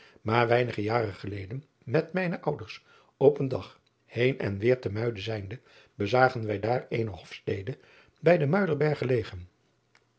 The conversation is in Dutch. maar weinige jaren geleden met mijne ouders op een dag heen driaan oosjes zn et leven van aurits ijnslager en weêr te uiden zijnde bezagen wij daar eene ofstede bij den uiderberg gelegen